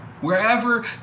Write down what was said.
Wherever